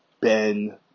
Ben